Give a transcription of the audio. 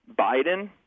Biden